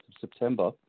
September